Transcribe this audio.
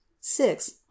six